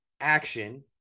action